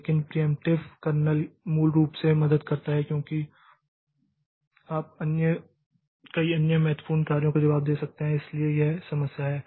लेकिन preemptive kernel मूल रूप से मदद करता है क्योंकि आप कई अन्य महत्वपूर्ण कार्यों का जवाब दे सकते हैं और इसलिए यह समस्या है